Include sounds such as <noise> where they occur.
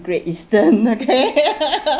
Great Eastern okay <laughs>